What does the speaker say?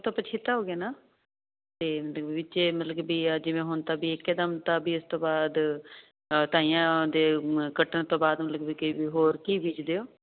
ਪਛਤਾ ਹੋ ਗਿਆ ਨਾ ਜਿਵੇਂ ਹੁਣ ਤਾਂ ਇੱਕ ਕਦਮ ਤਾਂ ਵੀ ਇਸ ਤੋਂ ਬਾਅਦ ਤਾਈਆਂ ਦੇ ਕੱਟਣ ਤੋਂ ਬਾਅਦ ਹੋਰ ਕੀ ਬੀਜਦੇ ਹੋ